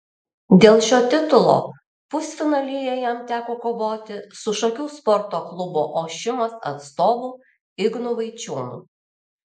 dėl šio titulo pusfinalyje jam teko kovoti su šakių sporto klubo ošimas atstovu ignu vaičiūnu